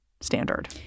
standard